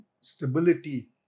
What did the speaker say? stability